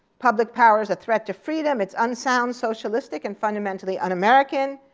public power's a threat to freedom, it's unsound, socialistic, and fundamentally un-american,